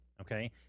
Okay